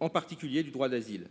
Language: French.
en particulier le droit d'asile.